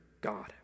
God